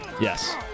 Yes